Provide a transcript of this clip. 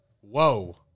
Whoa